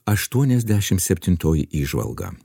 aštuoniasdešim septintoji įžvalga